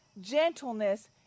gentleness